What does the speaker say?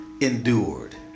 Endured